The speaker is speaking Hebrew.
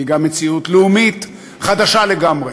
והיא גם מציאות לאומית חדשה לגמרי.